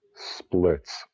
splits